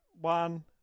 One